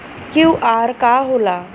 QR का होला?